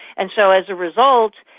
and so as a result,